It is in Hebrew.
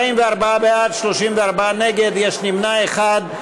44 בעד, 34 נגד, יש נמנע אחד.